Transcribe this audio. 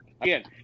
again